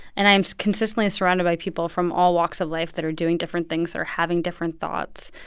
and i'm consistently surrounded by people from all walks of life that are doing different things or having different thoughts.